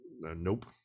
Nope